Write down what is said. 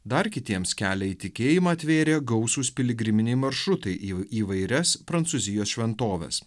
dar kitiems kelią į tikėjimą atvėrė gausūs piligriminiai maršrutai į įvairias prancūzijos šventoves